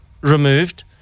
removed